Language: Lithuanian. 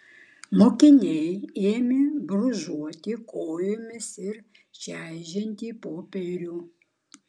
mokiniai ėmė brūžuoti kojomis ir čežinti popierių